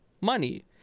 money